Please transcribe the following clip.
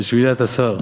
תוצאות נהדרות.